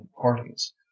parties